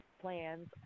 plans